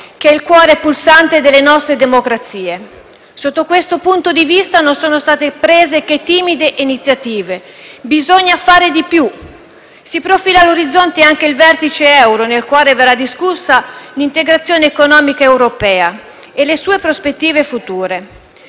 che è il cuore pulsante delle nostre democrazie. Sotto questo punto di vista non sono state prese che timide iniziative. Bisogna fare di più. Si profila all'orizzonte anche il vertice euro, nel quale verrà discussa l'integrazione economica europea e le sue prospettive future.